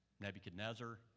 Nebuchadnezzar